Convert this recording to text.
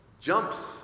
jumps